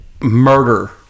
murder